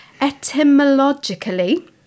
Etymologically